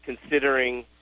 considering